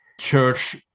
church